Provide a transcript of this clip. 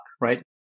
right